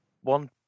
one